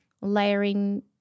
layering